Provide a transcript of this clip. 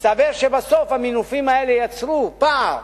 מסתבר שבסוף המינופים האלה יצרו פער